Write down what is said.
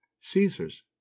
caesar's